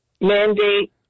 mandate